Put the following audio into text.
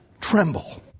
tremble